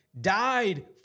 died